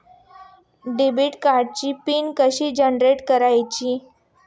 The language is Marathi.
डेबिट कार्डचा पिन कसा जनरेट करायचा?